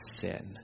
sin